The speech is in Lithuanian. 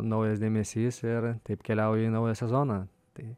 naujas dėmesys ir taip keliauji į naują sezoną tai